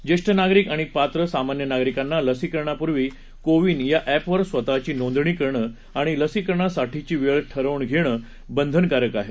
ज्येष्ठ नागरिक आणि पात्र सामान्य नागरिकांना लसीकरणापूर्वी कोविन या अप्विर स्वतःची नोंदणी करणं आणि लसीकरणासाठीची वेळ ठरवून घेणं बंधनकारक आहे